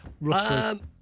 roughly